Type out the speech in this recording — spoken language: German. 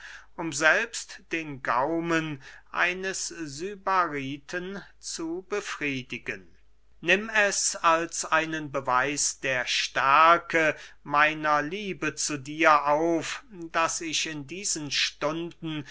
um selbst den gaumen eines sybariten zu befriedigen nimm es als einen beweis der stärke meiner liebe zu dir auf daß ich in diesen stunden